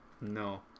No